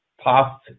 past